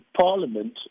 Parliament